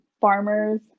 farmers